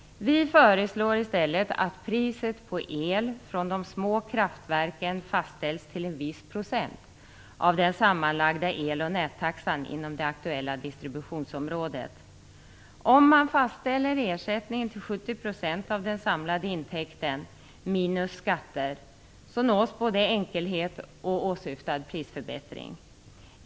Vi föreslår i stället att priset på el från de små kraftverken fastställs till en viss procent av den sammanlagda el och nättaxan inom det aktuella distributionsområdet. Om man fastställer ersättningen till 70 % av den samlade intäkten, minus skatter, nås både enkelhet och åsyftad tidsförbättring.